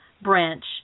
branch